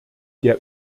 der